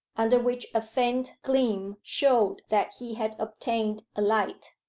under which a faint gleam showed that he had obtained a light.